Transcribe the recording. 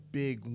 big